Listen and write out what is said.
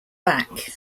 back